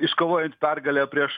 iškovojant pergalę prieš